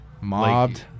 mobbed